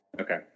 Okay